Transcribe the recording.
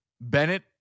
Bennett